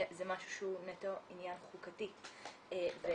זה משהו שהוא נטו עניין חוקתי ואכיפתי,